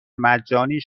مجانی